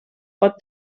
pot